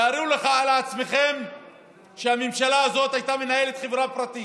תארו לעצמכם שהממשלה הזאת הייתה מנהלת חברה פרטית,